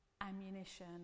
ammunition